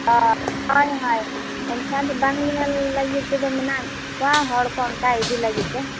ᱚᱻ ᱦᱳᱭ ᱦᱳᱭ ᱮᱱᱠᱷᱟᱱ ᱵᱟᱝ ᱧᱮᱞ ᱞᱟᱹᱜᱤᱫ ᱢᱮᱱᱟᱜ ᱠᱚᱣᱟ ᱦᱚᱲᱠᱚ ᱚᱱᱠᱟ ᱤᱫᱤ ᱞᱟᱹᱜᱤᱫᱛᱮ